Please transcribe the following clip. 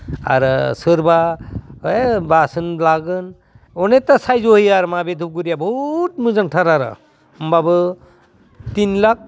आरो सोरबा ओइ बासोन लागोन अनेखथा सायज' होयो आरो मा बे धुपगुरियाव बहुद मोजांथार आरो होमब्लाबो तिनलाख